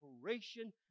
operation